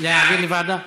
להעביר לוועדה?